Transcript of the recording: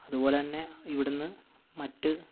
അതുപോലെതന്നെ ഇവിടെ നിന്ന് മറ്റ്